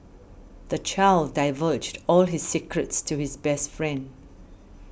the child divulged all his secrets to his best friend